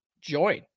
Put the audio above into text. join